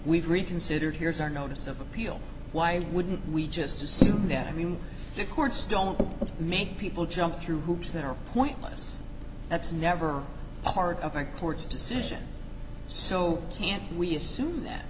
we've reconsidered here's our notice of appeal why wouldn't we just assume that i mean the courts don't make people jump through hoops that are pointless that's never part of a court's decision so can we assume that